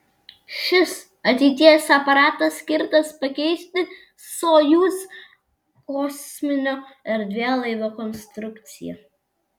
šis ateities aparatas skirtas pakeisti sojuz kosminio erdvėlaivio konstrukciją